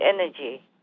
energy